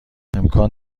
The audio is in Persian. امکان